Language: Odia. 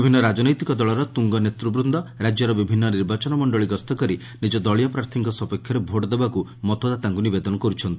ବିଭିନ୍ନ ରାଜନୈତିକ ଦଳର ତୁଙ୍ଗ ନେତୂବୃନ୍ଦ ରାଜ୍ୟର ବିଭିନ୍ନ ନିର୍ବାଚନ ମଣ୍ଡଳି ଗସ୍ତ କରି ନିଜ ଦଳୀୟ ପ୍ରାର୍ଥୀଙ୍କ ସପକ୍ଷରେ ଭୋଟ୍ ଦେବାକୁ ମତଦାତାଙ୍କ ନିବେଦନ କର୍ରଛନ୍ତି